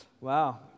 Wow